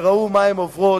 וראו מה הן עוברות,